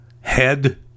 head